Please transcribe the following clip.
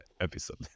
episode